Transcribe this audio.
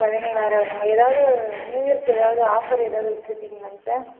பதினேழாயர் ரூவா வருங்களா ஏதாவது நியூ இயர்க்கு ஏதாவது ஆஃபர் ஏதாவது விட்டிருக்கீங்களாங்க சார்